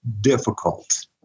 difficult